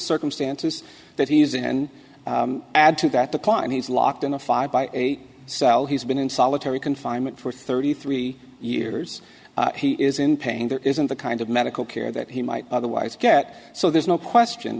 circumstances that he's in and add to that the client he's locked in a five by eight cell he's been in solitary confinement for thirty three years he is in pain there isn't the kind of medical care that he might otherwise get so there's no question